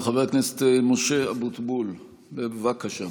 חבר הכנסת משה אבוטבול, בבקשה.